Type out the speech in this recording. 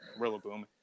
Rillaboom